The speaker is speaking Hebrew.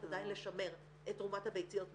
עדיין לשמר את תרומת הביציות מחו"ל.